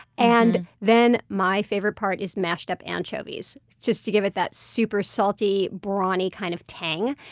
and then my favorite part is mashed up anchovies, just to give it that super salty, briny kind of tang.